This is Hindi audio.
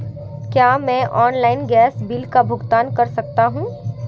क्या मैं ऑनलाइन गैस बिल का भुगतान कर सकता हूँ?